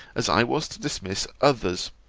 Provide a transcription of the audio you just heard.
as i was to dismiss others,